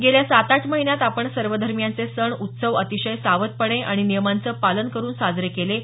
गेल्या सात आठ महिन्यांत आपण सर्व धर्मियांचे सण उत्सव अतिशय सावधपणे आणि नियमांच पालन करून साजरे केले आहेत